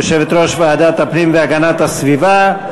יושבת-ראש ועדת הפנים והגנת הסביבה.